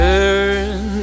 Turn